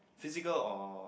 physical or